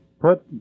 Put